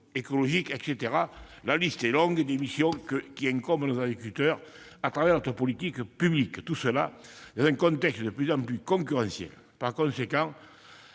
écologique, etc. La liste des missions qui incombent à nos agriculteurs à travers nos politiques publiques est longue, et tout cela dans un contexte de plus en plus concurrentiel. Par conséquent,